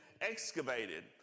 excavated